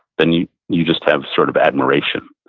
then you you just have sort of admiration.